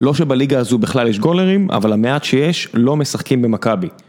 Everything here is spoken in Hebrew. לא שבליגה הזו בכלל יש גולרים, אבל המעט שיש לא משחקים במכבי.